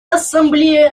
ассамблея